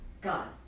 God